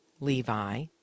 Levi